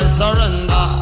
surrender